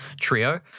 trio